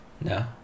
No